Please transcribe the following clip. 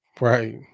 Right